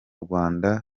rwanda